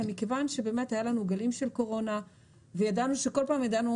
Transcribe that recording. אלא מכיוון שהיו לנו גלים של קורונה וידענו שכל פעם ידענו